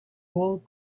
gold